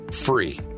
free